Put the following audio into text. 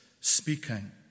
speaking